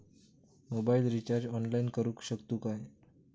Mobile recharge online करुक शकतू काय?